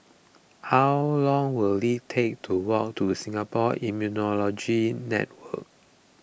how long will it take to walk to Singapore Immunology Network